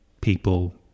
people